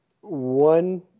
one